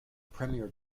premier